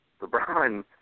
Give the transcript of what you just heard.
LeBron